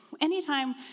Anytime